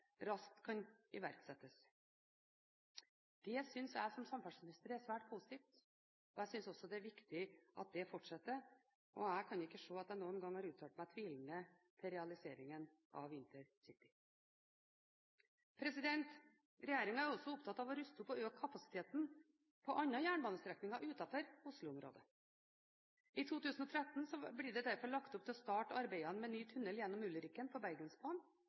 raskt kan iverksettes. Det synes jeg som samferdselsminister er svært positivt. Jeg synes også det er viktig at det fortsetter, og jeg kan ikke se at jeg noen gang har uttalt meg tvilende til realiseringen av intercity. Regjeringen er også opptatt av å ruste opp og økte kapasiteten på jernbanestrekninger utenfor Oslo-området. I 2013 blir det derfor lagt opp til å starte arbeidene med ny tunnel gjennom Ulriken på Bergensbanen